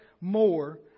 more